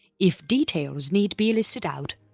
if details need be listed out,